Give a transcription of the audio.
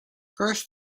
first